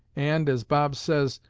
and, as bob says,